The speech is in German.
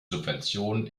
subventionen